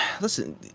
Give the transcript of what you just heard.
listen